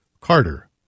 Carter